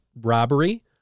robbery